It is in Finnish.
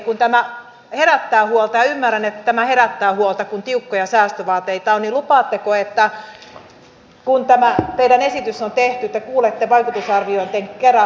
kun tämä herättää huolta ja ymmärrän että tämä herättää huolta kun tiukkoja säästövaateita on niin lupaatteko että kun tämä teidän esityksenne on tehty te kuulette vaikutusarvioitten kera vammaisjärjestöjä